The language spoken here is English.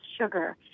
sugar